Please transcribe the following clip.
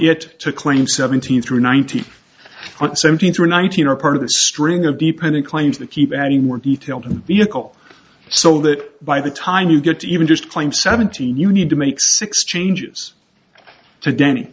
it to claim seventeen through ninety one seventeenth or nineteen or part of a string of dependent claims that keep adding more detail to vehicle so that by the time you get to even just claim seventeen you need to make six changes to denny